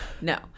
No